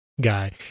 guy